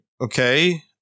okay